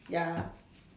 ya